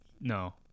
No